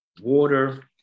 water